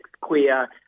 queer